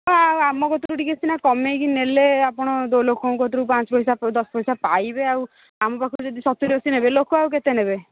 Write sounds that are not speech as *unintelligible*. ଆମ କତିରୁ ଟିକେ ସିନା କମେଇକି ନେଲେ ଆପଣ *unintelligible* ଲୋକଙ୍କଠୁ ପାଞ୍ଚ ପଇସା ଦଶ ପଇସା ପାଇବେ ଆଉ ଆମ ପାଖରୁ ଯଦି ସତୁରୀ ଅଶୀ ନେବେ ଲୋକ ଆଉ କେତେ ନେବେ